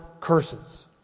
curses